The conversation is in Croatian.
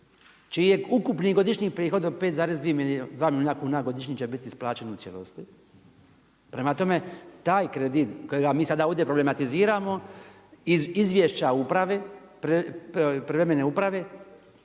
čiji je ukupni godišnji prihod od 5,2 milijuna kuna godišnje će biti isplaćeno u cijelosti. Prema tome taj kredit kojega mi sada ovdje problematiziramo, iz izvješća uprave, privremene uprave